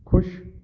ਖੁਸ਼